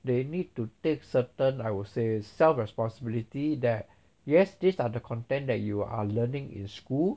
they need to take certain I will say is self responsibility that yes these are the content that you are learning in school